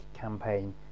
campaign